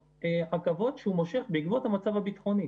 עכבות שהוא מושך בעקבות המצב הביטחוני.